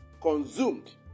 consumed